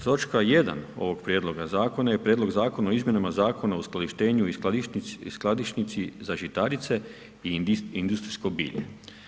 Točka 1. ovog prijedloga Zakona, je prijedlog Zakona o izmjenama Zakona o skladištenju i skladišnici za žitarice i industrijsko bilje.